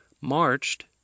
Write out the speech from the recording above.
marched